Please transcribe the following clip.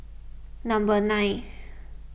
number nine